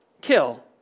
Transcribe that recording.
kill